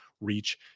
reach